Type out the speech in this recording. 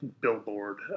billboard